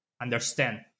understand